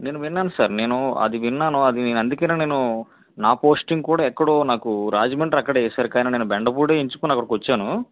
నేను విన్నాను సార్ నేను అది విన్నాను అది నేను అందుకనే నేను నా పోస్టింగ్ కూడా ఎక్కడో నాకు రాజమండ్రి అక్కడే వేసారు కానీ నేను బెండపూడి వెయించుకొని అక్కడికి వచ్చాను